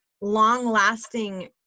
long-lasting